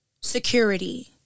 security